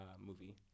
movie